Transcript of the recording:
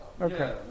Okay